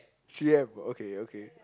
three M okay okay